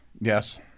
Yes